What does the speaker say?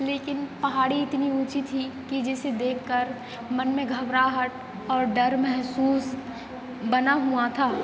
लेकिन पहाड़ी इतनी ऊँची थी कि जिसे देखकर मन में घबराहट और डर महसूस बना हुआ था